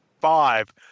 five